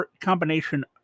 combination